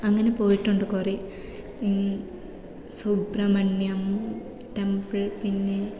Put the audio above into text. അങ്ങനെ പോയിട്ടുണ്ട് കുറെ സുബ്രഹ്മണ്യം ടെമ്പിൾ പിന്നെ